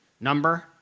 Number